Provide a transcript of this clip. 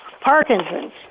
Parkinson's